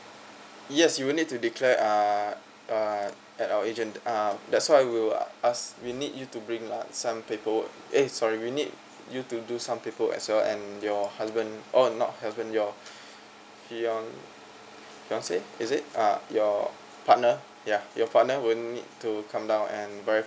yes you will need to declare uh uh at our agent uh that's why we will uh ask we need you to bring lah some paperwork eh sorry we need you to do some paper as well and your husband oh not husband your fian~ fiance is it uh your partner ya your partner will need to come down and verify